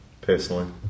personally